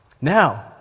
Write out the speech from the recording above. Now